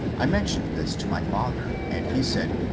i mentioned this to my father, and he said,